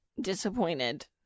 Disappointed